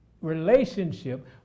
relationship